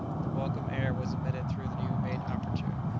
the welcome air was admitted through the new-made aperture,